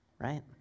right